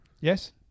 yes